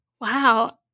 Wow